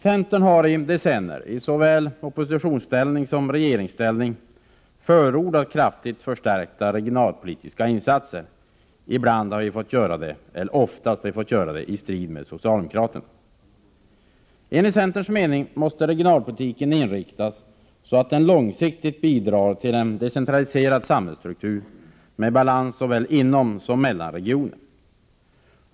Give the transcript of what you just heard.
Centern har i decennier, i såväl oppositionsställning som regeringsställning, förordat kraftigt förstärkta regionalpolitiska insatser. Oftast har vi fått göra det i strid med socialdemokraterna. Enligt centerns mening måste regionalpolitiken inriktas så, att den långsiktigt bidrar till en decentraliserad samhällsstruktur med balans såväl inom som mellan regioner.